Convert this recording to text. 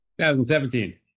2017